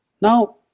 Now